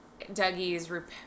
Dougie's